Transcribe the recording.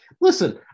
listen